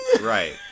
Right